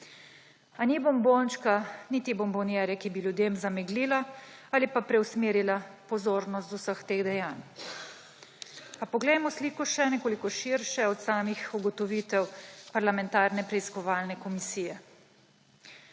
A ni bombončka niti bombonjere, ki bi ljudem zameglila ali preusmerila pozornost z vseh teh dejanj. Pa poglejmo sliko še nekoliko širše od samih ugotovitev parlamentarne preiskovalne komisije.